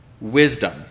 wisdom